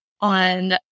on